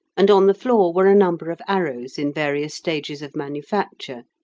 and on the floor were a number of arrows in various stages of manufacture,